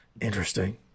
Interesting